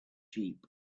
sheep